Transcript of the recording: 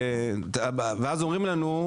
ואז אומרים לנו,